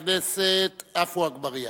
חבר הכנסת עפו אגבאריה.